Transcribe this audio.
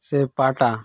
ᱥᱮ ᱯᱟᱴᱟ